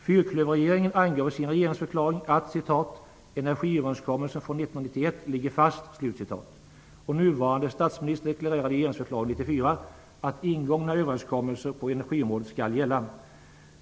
Fyrklöverregeringen angav i sin regeringsförklaring att "energiöverenskommelsen från 1991 ligger fast". Nuvarande statsminister deklarerade i regeringsförklaringen 1994 att ingångna överenskommelser på energiområdet skall gälla.